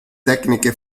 tecniche